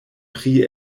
pri